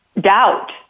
doubt